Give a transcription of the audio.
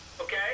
Okay